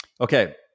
Okay